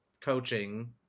coaching